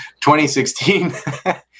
2016